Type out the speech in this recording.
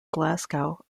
glasgow